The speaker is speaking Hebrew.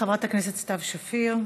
חברת הכנסת סתיו שפיר.